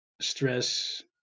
stress